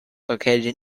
located